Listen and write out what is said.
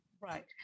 Right